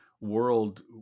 world